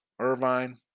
Irvine